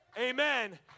Amen